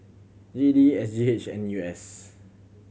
G E D S G H N U S